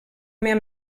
mehr